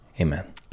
amen